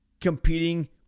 competing